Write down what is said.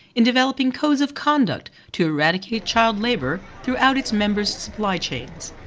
in developing codes of conduct to eradicate child labour throughout its members' supply chains.